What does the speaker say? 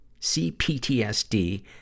CPTSD